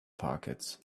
pockets